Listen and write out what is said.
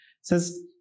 says